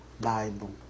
Bible